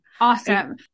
Awesome